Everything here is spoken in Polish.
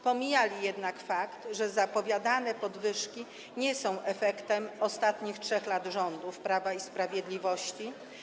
Pomijali jednak fakt, że zapowiadane podwyżki nie są efektem ostatnich 3 lat rządów Prawa i Sprawiedliwości.